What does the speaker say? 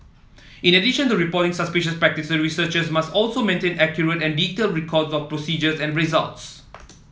in addition to reporting suspicious practice researchers must also maintain accurate and detailed records of procedures and results